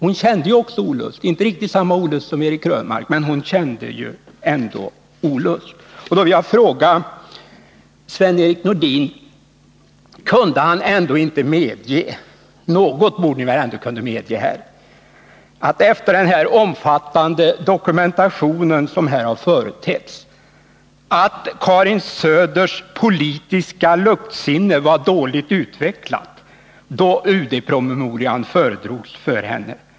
Hon kände också olust — inte riktigt lika stor olust som Eric Krönmark; hon kände dock olust. Jag vill fråga Sven-Erik Nordin: Kan ni inte medge att Karin Söders politiska luktsinne var dåligt utvecklat, då UD-promemorian föredrogs för henne? Något borde ni väl ändå kunna medge efter den omfattande dokumentation som här har företetts.